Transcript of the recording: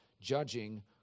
judging